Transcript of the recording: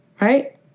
Right